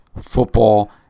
football